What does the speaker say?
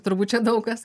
turbūt čia daug kas